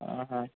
ఆహా